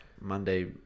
Monday